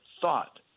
thought